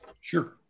Sure